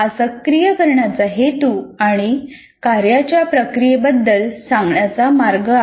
हा सक्रिय करण्याचा हेतू आणि कार्याच्या प्रक्रियेबद्दल सांगण्याचा मार्ग आहे